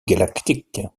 galactique